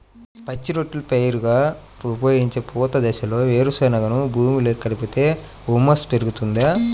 పచ్చి రొట్టెల పైరుగా ఉపయోగించే పూత దశలో వేరుశెనగను భూమిలో కలిపితే హ్యూమస్ పెరుగుతుందా?